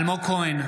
אלמוג כהן,